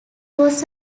was